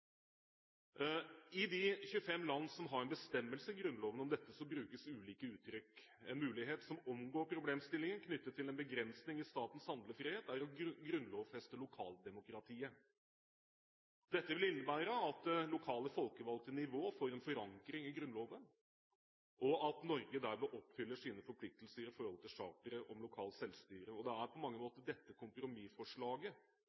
I de 25 landene som har en bestemmelse om dette i Grunnloven, brukes ulike uttrykk. En mulighet som omgår problemstillingen knyttet til en begrensning i statens handlefrihet, er å grunnlovfeste lokaldemokratiet. Dette vil innebære at det lokale folkevalgte nivået får en forankring i Grunnloven, og at Norge dermed oppfyller sine forpliktelser når det gjelder charteret om lokalt selvstyre. Det er på mange